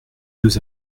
deux